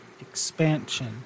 expansion